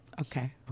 okay